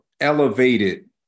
elevated